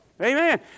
Amen